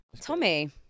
Tommy